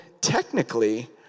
technically